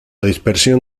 dispersión